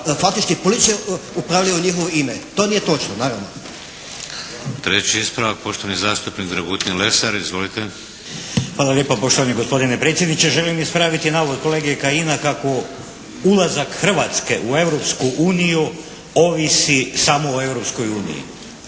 Hvala lijepa. Poštovani gospodine predsjedniče želim ispraviti navod kolege Kajina kako ulazak Hrvatske u Europsku uniju ovisi samo o Europskoj uniji.